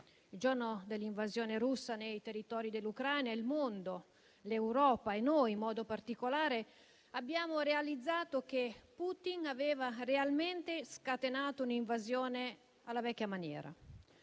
il giorno dell'invasione russa nei territori dell'Ucraina - il mondo, l'Europa e noi in modo particolare abbiamo realizzato che Putin aveva realmente scatenato un'invasione alla vecchia maniera.